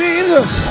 Jesus